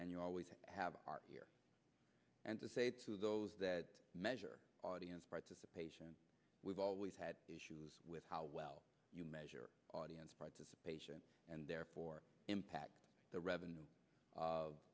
and you always have here and to say to those that measure audience participation we've always had issues with how well you measure audience participation and therefore impact the revenue